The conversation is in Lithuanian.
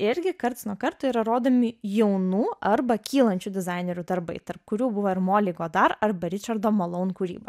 irgi karts nuo karto yra rodomi jaunų arba kylančių dizainerių darbai tarp kurių buvo ir moli godar arba ričardo maloun kūryba